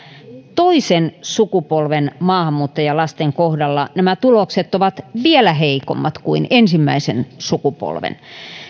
toisen sukupolven maahanmuuttajalasten kohdalla nämä tulokset ovat vielä heikommat kuin ensimmäisen sukupolven